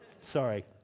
Sorry